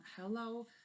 hello